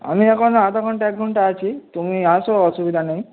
আমি এখন আধ ঘন্টা এক ঘন্টা আছি তুমি আসো অসুবিধা নেই